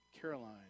Caroline